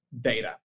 data